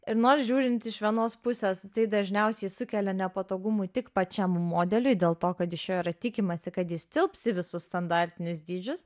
ir nors žiūrint iš vienos pusės tai dažniausiai sukelia nepatogumų tik pačiam modeliui dėl to kad iš jo yra tikimasi kad jis tilps į visus standartinius dydžius